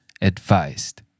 advised